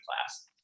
class